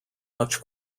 much